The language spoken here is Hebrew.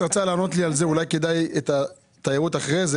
תיירות,